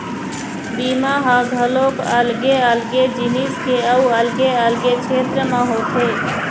बीमा ह घलोक अलगे अलगे जिनिस के अउ अलगे अलगे छेत्र म होथे